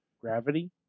gravity